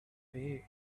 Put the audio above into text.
paid